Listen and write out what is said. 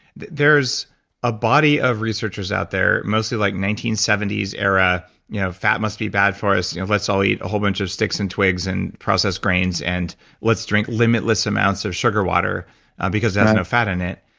there's a body of researchers out there, mostly like nineteen seventy s era you know fat must be bad for us, you know let's all eat a whole bunch of sticks and twigs and processed grains, and let's drink limitless amounts of sugar water because it has no fat in it.